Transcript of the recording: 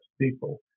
People